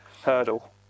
hurdle